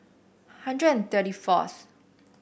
hundred thirty fourth